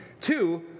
Two